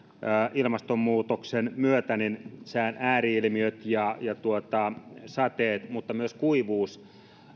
ilmastonmuutoksen myötä sään ääri ilmiöt ja sateet ovat ajoittain lisääntymässä mutta myös kuivuus